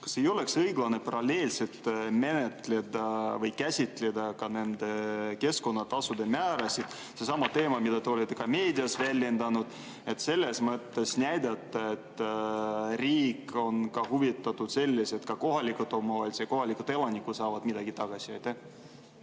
Kas ei oleks õiglane paralleelselt menetleda või käsitleda ka nende keskkonnatasude määrasid? Te olete ka meedias seda väljendanud. Siis saaks näidata, et riik on huvitatud sellest, et ka kohalikud omavalitsused ja kohalikud elanikud saavad midagi tagasi.